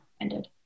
ended